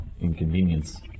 inconvenience